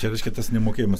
čia reiškia tas nemokėjimas